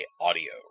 audio